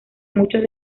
muchos